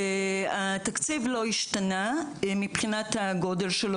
התקציב לא השתנה מבחינת הגודל.